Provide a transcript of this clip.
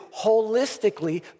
holistically